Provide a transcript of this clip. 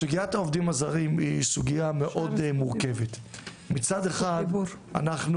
סוגיית העובדים הזרים היא סוגיה מאוד מורכבת מצד אחד אנחנו